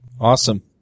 Awesome